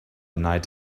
denied